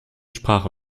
sprache